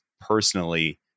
personally